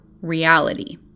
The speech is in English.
reality